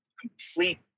complete